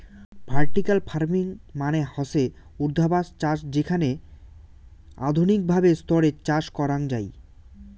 vertical farming মানে হসে উর্ধ্বাধ চাষ যেখানে আধুনিক ভাবে স্তরে চাষ করাঙ যাই